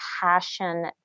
passion